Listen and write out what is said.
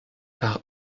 par